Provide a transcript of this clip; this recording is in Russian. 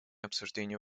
обсуждению